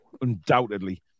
Undoubtedly